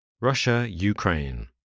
Russia-Ukraine